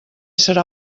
serà